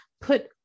Put